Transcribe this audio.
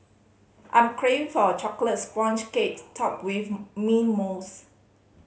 I'm crave for a chocolate sponge cakes topped with mint mousse